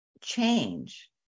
change